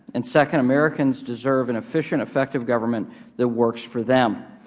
and second, americans deserve an efficient, effective government that works for them.